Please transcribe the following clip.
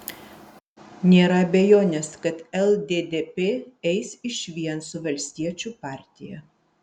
nėra abejonės kad lddp eis išvien su valstiečių partija